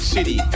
City